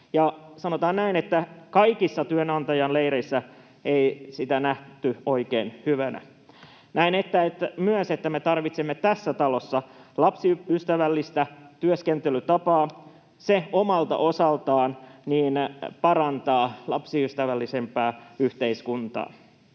sanotaan näin, että kaikissa työnantajaleireissä sitä ei nähty oikein hyvänä. Näen myös, että me tarvitsemme tässä talossa lapsiystävällistä työskentelytapaa. Se omalta osaltaan parantaa lapsiystävällisempää yhteiskuntaa.